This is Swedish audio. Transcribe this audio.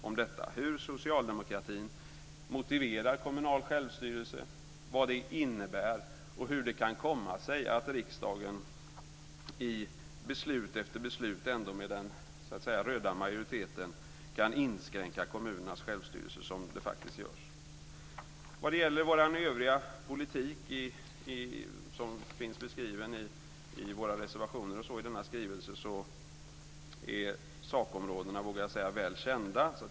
Jag är intresserad av hur socialdemokratin motiverar kommunal självstyrelse, vad det innebär och hur det kan komma sig att riksdagen i beslut efter beslut med den röda majoriteten kan inskränka kommunernas självstyrelse som man faktiskt gör. Vad gäller vår övriga politik som finns beskriven i våra reservationer i denna skrivelse är sakområdena, vågar jag säga, väl kända.